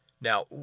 Now